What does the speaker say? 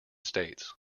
states